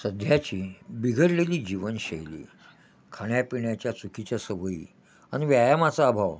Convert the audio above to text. सध्याची बिघडलेली जीवनशैली खाण्यापिण्याच्या चुकीच्या सवयी आणि व्यायामाचा अभाव